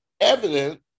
evident